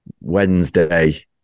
Wednesday